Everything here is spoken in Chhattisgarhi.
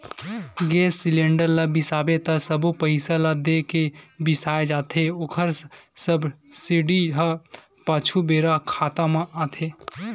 गेस सिलेंडर ल बिसाबे त सबो पइसा ल दे के बिसाए जाथे ओखर सब्सिडी ह पाछू बेरा खाता म आथे